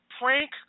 prank